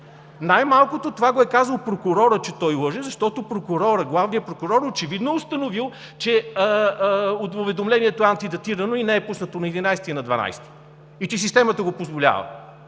Най-малкото това го е казал прокурорът, че той лъже, защото главният прокурор очевидно е установил, че уведомлението е антидатирано и не е пуснато на 11-и, а на 12-и и че системата го позволява.